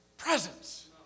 presence